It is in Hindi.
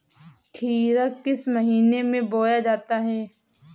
खीरा किस महीने में बोया जाता है?